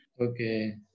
Okay